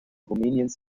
rumäniens